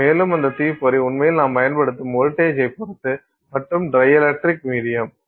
மேலும் அந்த தீப்பொறி உண்மையில் நாம் பயன்படுத்தும் வோல்டேஜய் பொறுத்தது மற்றும் டை எலக்ட்ரிக் மீடியம்